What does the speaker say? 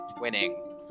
winning